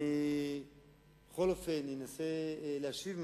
אני בכל אופן אנסה להשיב מעט.